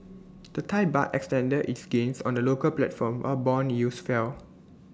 the Thai Baht extended its gains on the local platform while Bond yields fell